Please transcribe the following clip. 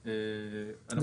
ההוגן, בבקשה.